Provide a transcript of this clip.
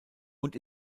und